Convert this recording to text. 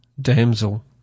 Damsel